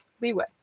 leeway